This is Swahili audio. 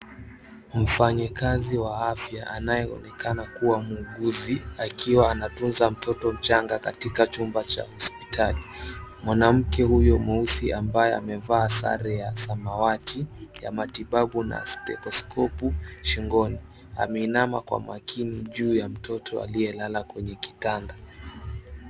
Mfanyakazi wa afya anayeonekana kuwa muuguzi akiwa anatunza mtoto mchanga katika chumba cha hospitali. Mwanamke huyo mweusi ambaye amevaa sare ya samawati ya matibabubna stetescope shingoni, ameinama kwa makini juu ya mtoto aliyelala juu ya kitanda.